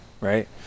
Right